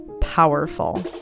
powerful